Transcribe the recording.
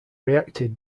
reacted